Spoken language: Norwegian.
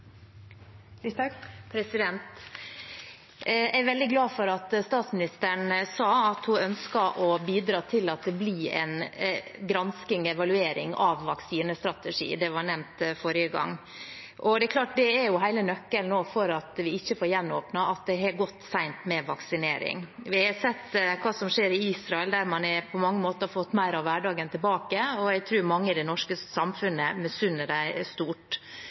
veldig glad for at statsministeren sa at hun ønsker å bidra til at det blir en gransking, en evaluering av vaksinestrategien, det var nevnt forrige gang. Det er klart at hele nøkkelen for at vi ikke får gjenåpnet nå, er at det har gått sent med vaksineringen. Vi har sett hva som skjer i Israel, der man på mange måter har fått mer av hverdagen tilbake, og jeg tror mange i det norske samfunnet misunner dem stort. Nå går det heldigvis noe raskere her også, men vi er